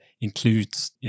includes